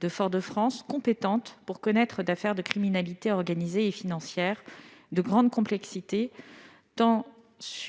de Fort-de-France, compétente pour connaître d'affaires de criminalité organisée et financière de grande complexité, tant